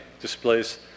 displays